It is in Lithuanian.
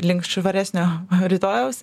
link švaresnio rytojaus